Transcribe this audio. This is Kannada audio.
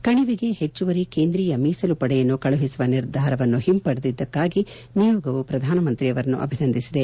ಕಣಿವೆಗೆ ಹೆಚ್ಲವರಿ ಕೇಂದ್ರೀಯ ಮೀಸಲು ಪಡೆಯನ್ನು ಕಳುಹಿಸುವ ನಿರ್ಧಾರವನ್ನು ಹಿಂಪಡೆದಿದ್ದಕ್ಕಾಗಿ ನಿಯೋಗವು ಪ್ರಧಾನಮಂತ್ರಿಯವನ್ನು ಅಭಿನಂದಿಸಿದೆ